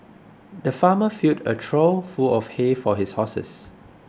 the farmer filled a trough full of hay for his horses